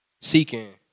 seeking